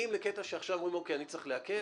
מגיעים לקטע שעכשיו אומרים צריך לעקל,